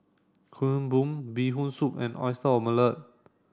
Kuih Bom Bee Hoon Soup and Oyster Omelette